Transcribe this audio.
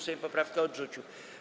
Sejm poprawkę odrzucił.